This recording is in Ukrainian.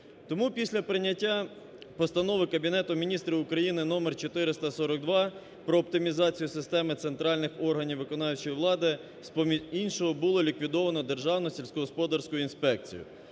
Тому після прийняття Постанови Кабінету Міністрів України (номер 442) про оптимізацію системи центральних органів виконавчої влади з-поміж іншого було ліквідовано державну сільськогосподарську інспекцію.